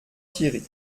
thierry